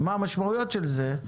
מה המשמעויות של זה?